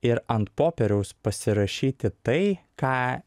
ir ant popieriaus pasirašyti tai ką